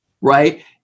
Right